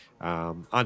on